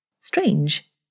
Strange